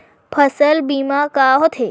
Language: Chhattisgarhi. फसल बीमा का होथे?